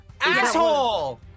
asshole